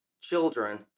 children